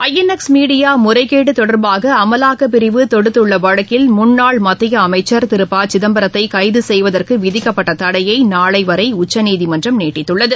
INX media முறைகேடு தொடர்பாக அமலாக்கப்பிரிவு தொடுத்துள்ள வழக்கில் முன்னாள் மத்திய அமைச்சர் திரு ப சிதம்பரத்தை கைது செய்வதற்கு விதிக்கப்பட்ட தடையை நாளை வரை உச்சநீதிமன்றம் நீட்டித்துள்ளது